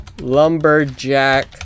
Lumberjack